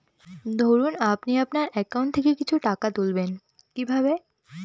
ধরুন আপনি আপনার একাউন্ট থেকে কিছু টাকা তুলবেন কিভাবে?